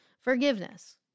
forgiveness